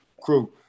crew